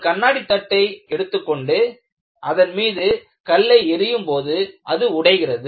ஒரு கண்ணாடி தட்டை எடுத்துக்கொண்டு அதன் மீது கல்லை எறியும் போது அது உடைகிறது